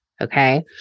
okay